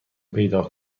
پیدا